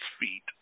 feet